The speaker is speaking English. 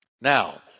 Now